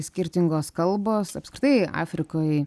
skirtingos kalbos apskritai afrikoj